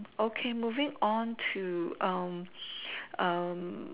okay moving on to